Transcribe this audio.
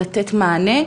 לתת מענה,